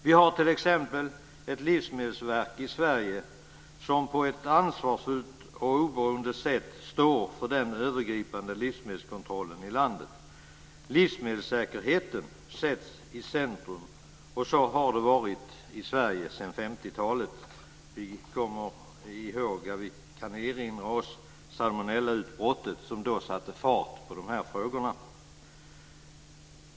Vi har t.ex. ett livsmedelsverk i Sverige som på ett ansvarsfullt och oberoende sätt står för den övergripande livsmedelskontrollen i landet. Livsmedelssäkerheten står i centrum, och så har det varit i Sverige sedan 50-talet. Vi kan erinra oss salmonellautbrottet som satte fart på dessa frågor.